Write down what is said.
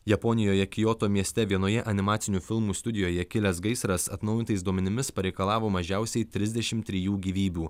japonijoje kioto mieste vienoje animacinių filmų studijoje kilęs gaisras atnaujintais duomenimis pareikalavo mažiausiai trisdešim trijų gyvybių